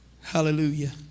Hallelujah